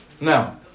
Now